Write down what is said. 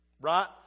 right